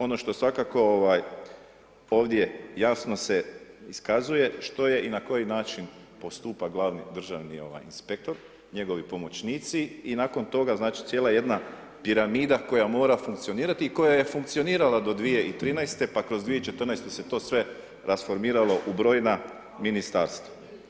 Ono što je svako ovdje jasno se iskazuje što je i na koji način postupa glavni državni inspektor, njegovi pomoćnici i nakon toga znači cijela jedna piramida koja mora funkcionirati i koja je funkcionirala do 2013. pa kroz 2014. se to sve rasformiralo u brojna ministarstva.